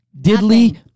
Diddly